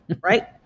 right